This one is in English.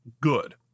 good